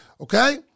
okay